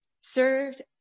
served